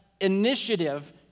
initiative